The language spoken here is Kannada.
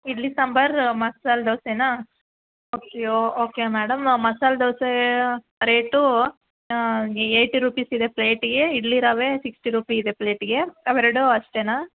ಇಡ್ಲಿ ಸಾಂಬಾರು ಮಸಾಲೆ ದೋಸೆನಾ okay okay madam masala dosa rate eighty rupees ಇದೆ ಪ್ಲೇಟಿಗೆ ಇಡ್ಲಿ ರವೆ ಸಿಕ್ಸ್ಟಿ ರುಪೀ ಇದೆ ಪ್ಲೇಟಿಗೆ ಅವೆರಡು ಅಷ್ಟೇನಾ